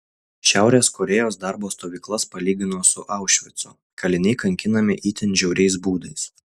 šiaurės korėjos darbo stovyklas palygino su aušvicu kaliniai kankinami itin žiauriais būdais